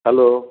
hello